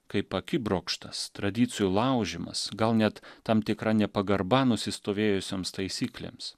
kaip akibrokštas tradicijų laužymas gal net tam tikra nepagarba nusistovėjusioms taisyklėms